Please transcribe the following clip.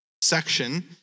section